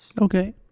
Okay